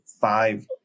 five